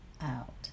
out